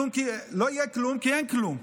לא יהיה כלום כי אין כלום.